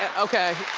and okay?